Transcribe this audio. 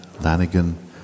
Lanigan